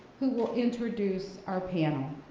who will introduce our panel.